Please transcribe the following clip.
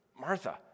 Martha